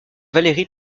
valérie